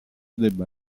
debba